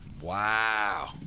Wow